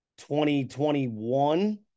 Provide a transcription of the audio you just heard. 2021